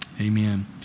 Amen